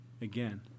again